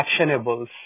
actionables